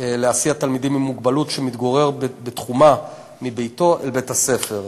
להסיע תלמידים עם מוגבלות שמתגוררים בתחומה מביתם אל בית-הספר.